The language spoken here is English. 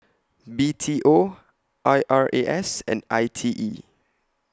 B T O I R A S and I T E